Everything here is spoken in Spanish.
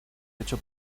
hecho